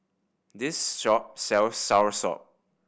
this shop sells soursop